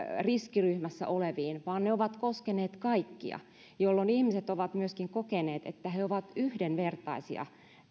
riskiryhmässä oleviin vaan ne ovat koskeneet kaikkia jolloin ihmiset ovat myöskin kokeneet että he ovat yhdenvertaisia